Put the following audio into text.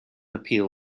appeal